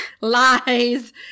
Lies